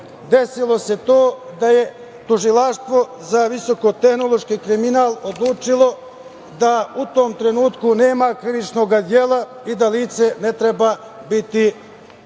desilo se to da je Tužilaštvo za visokotehnološki kriminal odlučilo da u tom trenutku nema krivičnoga dela i da lice ne treba biti